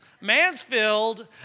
Mansfield